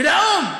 של האו"ם.